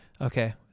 Okay